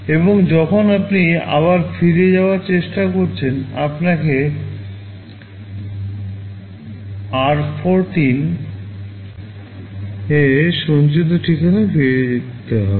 এবং যখন আপনি আবার ফিরে যাওয়ার চেষ্টা করছেন আপনাকে r14 তে সঞ্চিত ঠিকানায় ফিরে যেতে হবে